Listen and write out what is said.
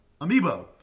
Amiibo